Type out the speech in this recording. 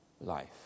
life